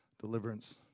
deliverance